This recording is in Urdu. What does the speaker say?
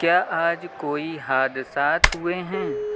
کیا آج کوئی حادثات ہوئے ہیں